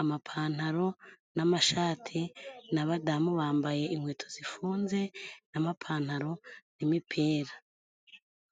amapantaro n'amashati n'abadamu bambaye inkweto zifunze n'amapantaro n'imipira.